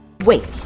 wait